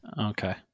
Okay